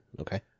okay